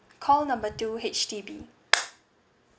call number two H_D_B